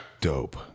Dope